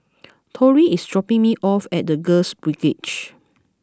Tory is dropping me off at The Girls Brigade